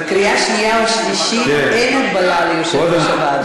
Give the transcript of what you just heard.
בקריאה שנייה או שלישית אין הגבלה ליושב-ראש הוועדה.